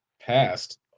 passed